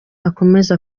akomeze